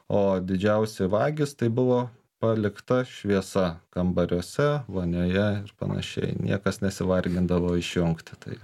o didžiausi vagys tai buvo palikta šviesa kambariuose vonioje ir panašiai niekas nesivargindavo išjungti tai